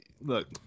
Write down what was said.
look